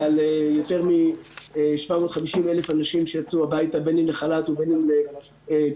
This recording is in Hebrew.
ועל יותר מ-750,000 אנשים שיצאו הביתה בין אם לחל"ת ובין אם לפיטורים,